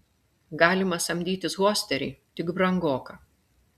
galima samdytis hosterį tik brangoka